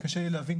קשה לי להבין,